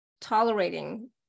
tolerating